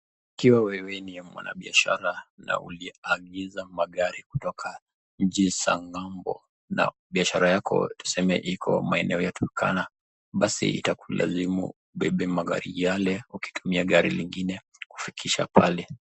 Ikiwa wewe ni mfaye biashara na uliagiza magari kutoka nchi za ng'ambo. Na biashara yako tuseme iko maeneo ya Turkana, basi itakulazimu ibebe magari yale ukitumia gari lingine kufikisha pale